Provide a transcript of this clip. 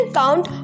count